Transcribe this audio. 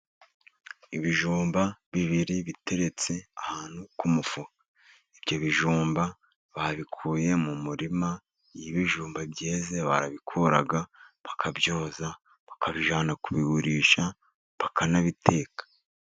Ibijumba bibiri biteretse ahantu ku mufuka, ibyo bijumba babikuye mu murima, iy'ibijumba byeze barabikura bakabyoza, bakabijyana kubigurisha bakanabiteka.